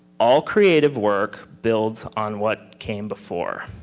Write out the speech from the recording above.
all creative work builds on what came before.